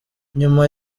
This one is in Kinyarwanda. nyuma